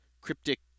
cryptic